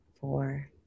four